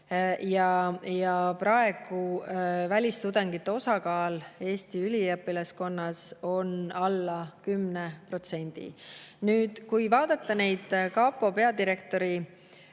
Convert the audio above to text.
Ja praegu välistudengite osakaal Eesti üliõpilaskonnas on alla 10%. Nüüd, kui vaadata neid kapo peadirektori